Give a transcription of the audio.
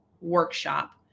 workshop